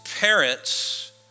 parents